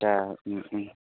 दा उम उम